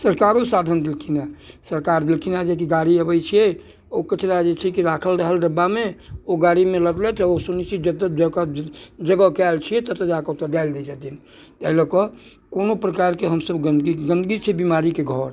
सरकारो साधन देलखिन हँ सरकार देलखिन हँ जेकि गाड़ी अबैत छियै ओ कचरा जे छै कि राखल रहल डब्बामे ओ गाड़ीमे लदलथि आ ओ सुनैत छी जतऽ जगह जगह कयल छियै ततऽ जाके ओतऽ डालि दय छथिन ताहि लऽ कऽ कोनो प्रकारके हमसब गन्दगी गन्दगी छै बीमारीके घर